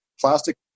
plastic